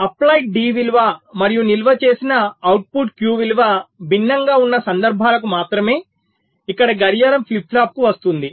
applied D విలువ మరియు నిల్వ చేసిన అవుట్పుట్ Q విలువ భిన్నంగా ఉన్న సందర్భాలకు మాత్రమే ఇక్కడ గడియారం ఫ్లిప్ ఫ్లాప్కు వస్తుంది